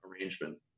arrangement